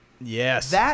Yes